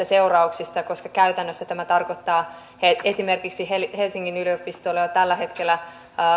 seurauksista koska käytännössä tämä tarkoittaa esimerkiksi helsingin yliopistolle jo tällä hetkellä